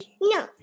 No